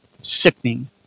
Sickening